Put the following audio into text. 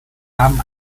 haben